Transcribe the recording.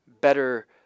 better